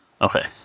Okay